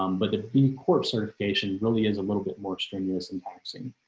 um but the b corp certification really is a little bit more strenuous and taxing